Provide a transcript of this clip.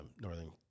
northern